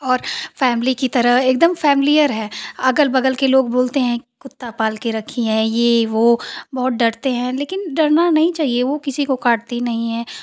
और फैमिली की तरह एकदम फैमलियर है अगल बगल के लोग बोलते हैं कुत्ता पाल कर रखी हैं ये वो बहुत डरते हैं लेकिन डरना नहीं चाहिए वो किसी को काटती नहीं है